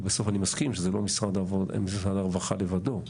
כי בסוף אני מסכים שזה לא משרד הרווחה לבדו,